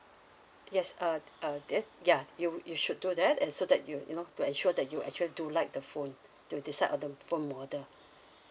yes uh uh it yeah you you should do that and so that you you know to ensure that you actually do like the phone to decide on the phone model